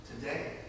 today